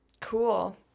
cool